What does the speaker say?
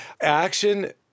Action